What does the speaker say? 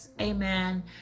amen